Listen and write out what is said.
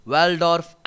Waldorf